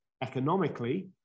economically